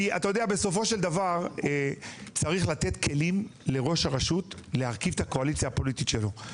כי בסוף צריך לתת כלים לראש רשות להרכיב את הקואליציה הפוליטית שלו.